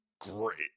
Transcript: great